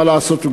מה לעשות,